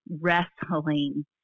wrestling